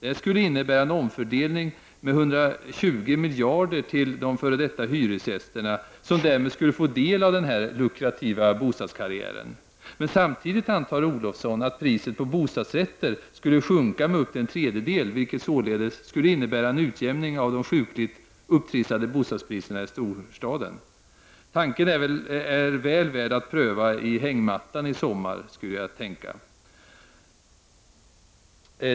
Detta skulle innebära en omfördelning av 120 miljarder till de f.d. hyresgästerna, som därmed skulle få del av denna lukrativa bostadskarriär. Men samtidigt antar Olofsson att priset på bostadsrätter skulle sjunka med upp till en tredjedel, vilket således skulle innebära en utjämning av de sjukligt upptrissade bostadspriserna i storstäderna. Tanken är väl värd att pröva i hängmattan i sommar, skulle jag kunna tänka mig.